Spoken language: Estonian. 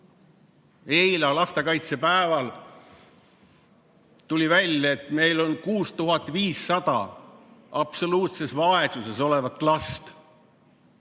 Eile, lastekaitse päeval tuli välja, et meil on 6500 absoluutses vaesuses elavat last.